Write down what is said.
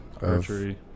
Archery